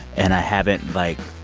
and i haven't, like,